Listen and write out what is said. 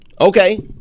Okay